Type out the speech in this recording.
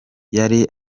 yari